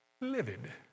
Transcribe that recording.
livid